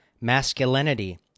masculinity